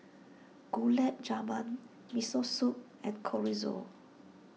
Gulab Jamun Miso Soup and Chorizo